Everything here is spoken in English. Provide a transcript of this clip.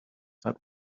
that